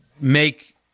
make